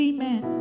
Amen